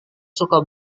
suka